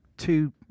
Two